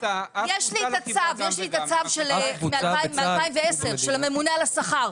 יש לי את הצו מ-2010 של הממונה על השכר.